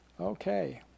Okay